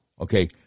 Okay